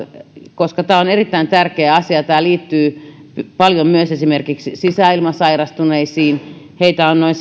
koska tämä on erittäin tärkeä asia ja tämä liittyy paljon myös esimerkiksi sisäilmasairastuneisiin noin